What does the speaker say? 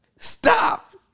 Stop